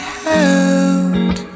held